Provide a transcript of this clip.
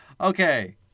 Okay